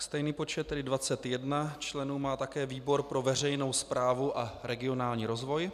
Stejný počet, tedy 21 členů, má také výbor pro veřejnou správu a regionální rozvoj.